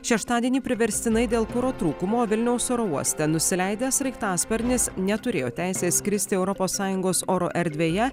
šeštadienį priverstinai dėl kuro trūkumo vilniaus oro uoste nusileidęs sraigtasparnis neturėjo teisės skristi europos sąjungos oro erdvėje